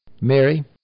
Mary